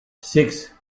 six